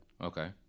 Okay